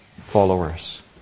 followers